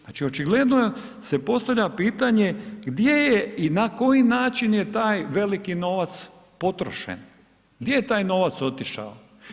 Znači očigledno se postavlja pitanje gdje je i na koji način je taj veliki novac potrošen, gdje je taj novac otišao?